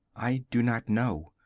i do not know.